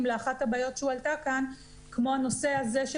לאחת הבעיות שהועלתה כאן כמו הנושא הזה של